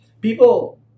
people